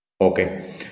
Okay